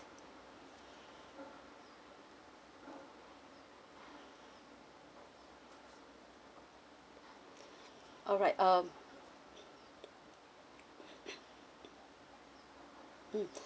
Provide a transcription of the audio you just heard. alright um mm